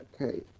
okay